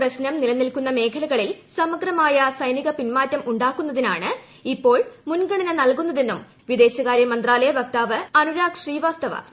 പ്രശ്നം നിലനിൽക്കുന്ന മേഖലകളിൽ സമഗ്രമായ സൈനികപിന്മാറ്റം ഉണ്ടാക്കുന്നതിനാണ് ഇപ്പോൾ മുൻഗണന നൽകുന്നതെന്നും വിദേശമന്ത്രാലയ വക്താവ് അനുരാഗ്ശ്രീവാസ്തവ പറഞ്ഞു